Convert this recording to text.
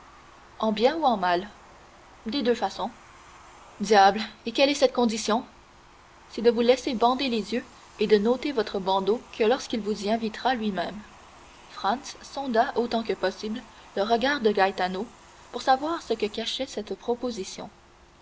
en bien ou en mal des deux façons diable et quelle est cette condition c'est de vous laisser bander les yeux et de n'ôter votre bandeau que lorsqu'il vous y invitera lui-même franz sonda autant que possible le regard de gaetano pour savoir ce que cachait cette proposition